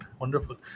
wonderful